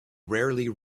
rarely